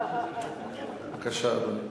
בבקשה, אדוני.